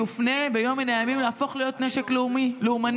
יופנה ביום מן הימים ויהפוך להיות נשק לאומני.